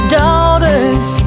daughters